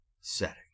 setting